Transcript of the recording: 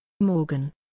Morgan